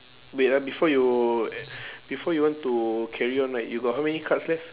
wait ah before you before you want to carry on right you got how many cards left